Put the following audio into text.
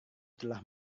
telah